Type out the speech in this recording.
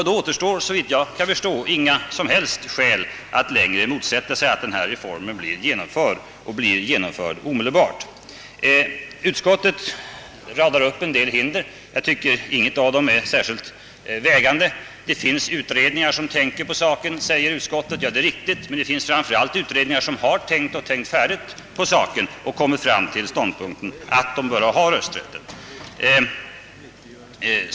Det återstår såvitt jag förstår inga som helst skäl att motsätta sig ett omedelbart genomförande av denna reform. Utskottet radar upp en del hinder, men inget av dem är särskilt vägande. Utskottet anför att det finns utredningar som tänker på saken. Det är riktigt, men det finns framför allt utredningar som har tänkt färdigt och kommit fram till ståndpunkten att internerna bör ha rösträtt.